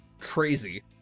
crazy